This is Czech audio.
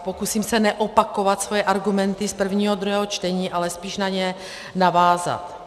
Pokusím se neopakovat svoje argumenty z prvního a druhého čtení, ale spíše na ně navázat.